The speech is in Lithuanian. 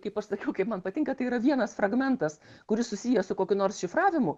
kaip aš sakiau kaip man patinka tai yra vienas fragmentas kuris susijęs su kokiu nors šifravimu